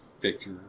picture